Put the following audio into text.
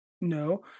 No